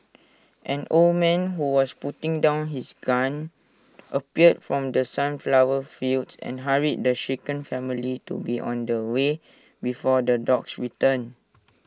an old man who was putting down his gun appeared from the sunflower fields and hurried the shaken family to be on their way before the dogs return